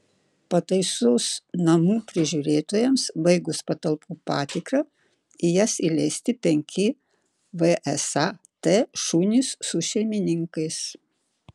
pataisos namų prižiūrėtojams baigus patalpų patikrą į jas įleisti penki vsat šunys su šeimininkais